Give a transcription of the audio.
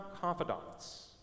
confidants